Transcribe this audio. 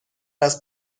است